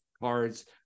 cards